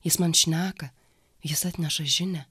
jis man šneka jis atneša žinią